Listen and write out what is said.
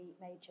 major